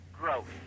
growth